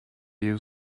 you